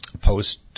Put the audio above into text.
post-